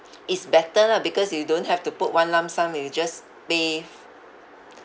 is better lah because you don't have to put one lump sum and you just pay